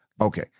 okay